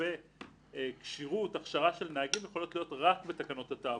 לגבי כשירות הכשרה של נהגים יכולות להיות רק בתקנות התעבורה.